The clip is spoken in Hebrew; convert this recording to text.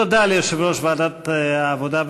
תודה ליושב-ראש ועדת העבודה,